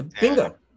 Bingo